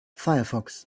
firefox